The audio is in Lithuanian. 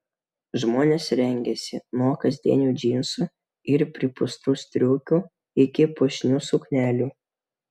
žmonės rengėsi nuo kasdienių džinsų ir pripūstų striukių iki puošnių suknelių